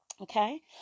Okay